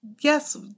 Yes